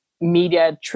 media